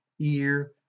ear